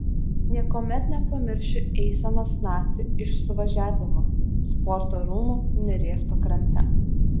niekuomet nepamiršiu eisenos naktį iš suvažiavimo sporto rūmų neries pakrante